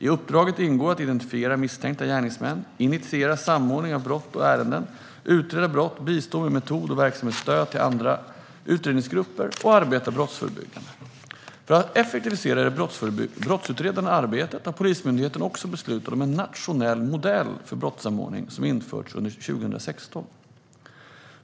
I uppdraget ingår att identifiera misstänkta gärningsmän, initiera samordning av brott och ärenden, utreda brott, bistå med metod och verksamhetsstöd till andra utredningsgrupper och arbeta brottsförebyggande. För att effektivisera det brottsutredande arbetet har Polismyndigheten också beslutat om en nationell modell för brottssamordning som har införts under 2016.